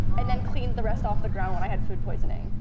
and then cleaned the rest off the ground when i had food poisoning.